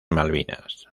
malvinas